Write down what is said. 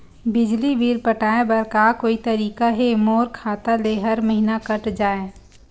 बिजली बिल पटाय बर का कोई तरीका हे मोर खाता ले हर महीना कट जाय?